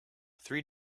three